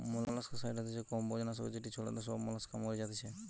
molluscicide হতিছে কম্বোজ নাশক যেটি ছড়ালে সব মোলাস্কা মরি যাতিছে